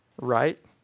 right